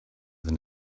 than